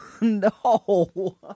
No